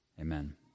Amen